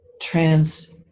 trans